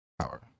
Power